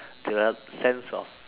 develop sense of